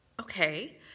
Okay